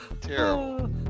terrible